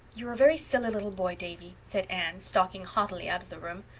you're a very silly little boy, davy, said anne, stalking haughtily out of the room.